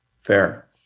Fair